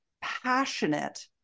passionate